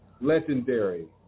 legendary